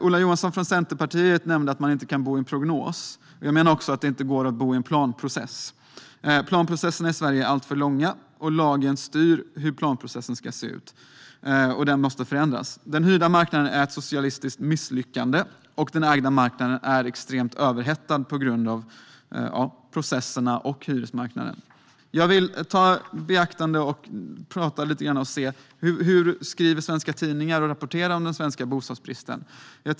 Ola Johansson från Centerpartiet nämnde att man inte kan bo i en prognos. Jag menar att det inte heller går att bo en i planprocess. Planprocesserna i Sverige är alltför långa. Lagen styr hur planprocessen ska se ut, och den måste förändras. Den hyrda marknaden är ett socialistiskt misslyckande, och den ägda marknaden är extremt överhettad på grund av processerna och hyresmarknaden. Jag vill prata om hur svenska tidningar skriver och rapporterar om den svenska bostadsbristen.